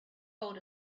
hold